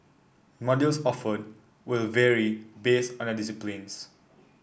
modules offered will vary based on their disciplines